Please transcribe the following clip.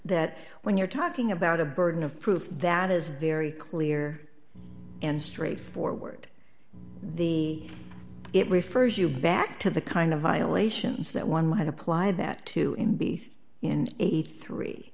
that when you're talking about a burden of proof that that is very clear and straightforward the it refers you back to the kind of violations that one might apply that to in be three and eighty three